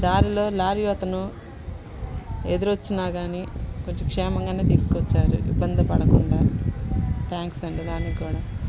దానిలో లారి అతను ఎదురొచ్చిన కానీ కొంచం క్షేమంగా తీసుకు వచ్చారు ఇబ్బంది పడకుండా థాంక్స్ అండి దానికి కూడా